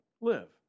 live